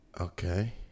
Okay